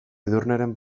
edurneren